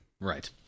Right